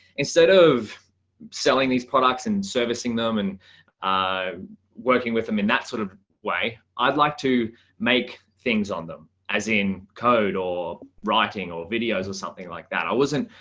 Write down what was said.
instead of selling these products and servicing them and working with them in that sort of way, i'd like to make things on them as in code, or writing or videos or something like that. i wasn't,